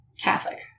Catholic